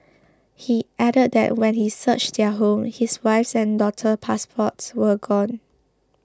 he added that when he searched their home his wife's and daughter's passports were gone